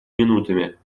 минутами